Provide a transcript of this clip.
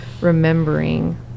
remembering